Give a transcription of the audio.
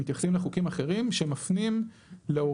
מתייחסים לחוקים אחרים שמפנים להוראות,